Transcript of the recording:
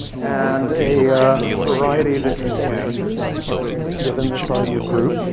and a variety of interesting answers. not surprisingly, given the size of a group.